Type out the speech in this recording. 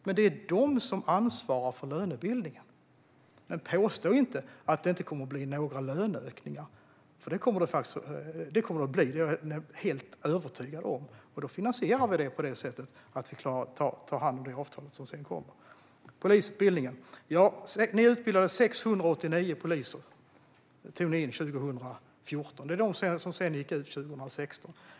Men det är de som ansvarar för lönebildningen. Påstå inte att det inte kommer att bli några löneökningar, för det är jag helt övertygad om att det kommer att bli - och vi kommer att finansiera det avtalet när det kommer. Vi går vidare till polisutbildningen. Ni tog in 689 på polisutbildningen 2014. De gick ut 2016.